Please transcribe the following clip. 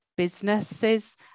businesses